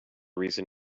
reason